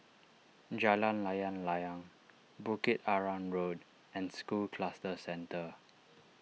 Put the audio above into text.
Jalan Layang Layang Bukit Arang Road and School Cluster Centre